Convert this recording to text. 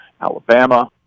Alabama